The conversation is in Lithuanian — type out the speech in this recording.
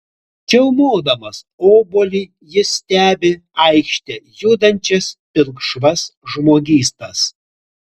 čiaumodamas obuolį jis stebi aikšte judančias pilkšvas žmogystas